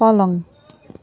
पलङ